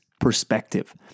perspective